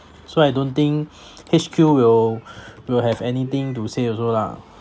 so I don't think H_Q will will have anything to say also lah